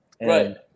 Right